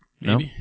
No